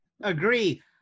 Agree